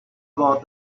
about